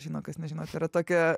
žino kas nežino tai yra tokia